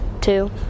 two